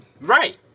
Right